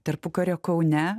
tarpukario kaune